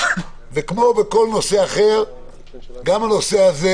כמו בכל נושא אחר גם הנושא הזה